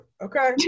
okay